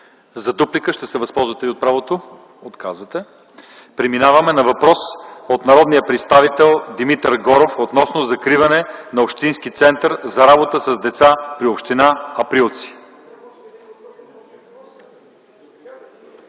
ИВАНОВ: Ще се възползвате ли от правото на дуплика? - Отказвате. Преминаваме към въпрос от народния представител Димитър Горов относно закриването на Общински център за работа с деца при община Априлци.